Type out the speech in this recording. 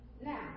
Now